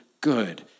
good